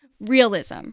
realism